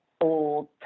old